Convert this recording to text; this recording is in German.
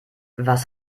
was